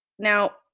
Now